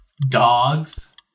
Dogs